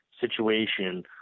situation